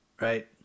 right